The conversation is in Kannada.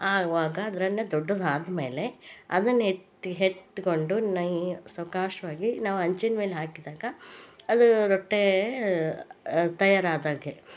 ಆವಾಗ ದೊಡ್ಡದಾದ್ಮೇಲೆ ಅದನ್ನ ಎತ್ತಿ ಹೆಟ್ ಕೊಂಡು ನೈ ಸಾವ್ಕಾಸ್ವಾಗಿ ನಾವು ಹಂಚಿನ ಮೇಲೆ ಹಾಕ್ದಾಗ ಅದು ರೊಟ್ಟೆ ತಯಾರಾದಾಗೆ